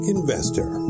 Investor